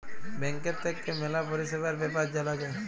ব্যাংকের থাক্যে ম্যালা পরিষেবার বেপার জালা যায়